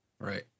Right